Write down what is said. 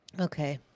Okay